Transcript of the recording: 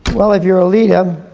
well, if you're a leader,